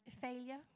Failure